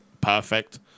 perfect